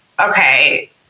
okay